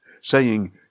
saying